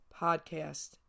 podcast